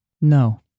No